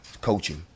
coaching